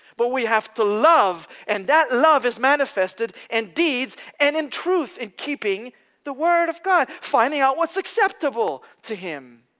but we have to love, and that love is manifested in and deeds and in truth, in keeping the word of god, finding out what's acceptable to him.